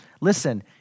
Listen